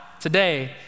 today